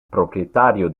proprietario